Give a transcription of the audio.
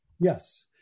Yes